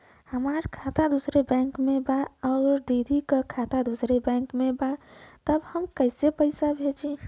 हमार खाता दूसरे बैंक में बा अउर दीदी का खाता दूसरे बैंक में बा तब हम कैसे पैसा भेजी?